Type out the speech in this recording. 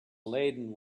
laden